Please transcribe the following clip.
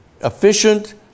efficient